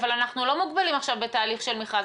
אבל אנחנו לא מוגבלים עכשיו בתהליך של מכרז,